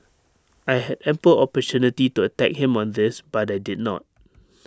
I had ample opportunity to attack him on this but I did not